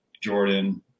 Jordan